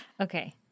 Okay